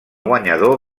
guanyador